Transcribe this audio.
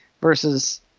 versus